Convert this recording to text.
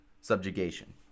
subjugation